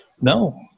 No